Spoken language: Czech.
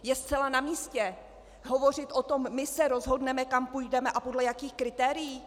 Je zcela namístě hovořit o tom my se rozhodneme, kam půjdeme, a podle jakých kritérií?